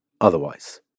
otherwise